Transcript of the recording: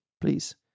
please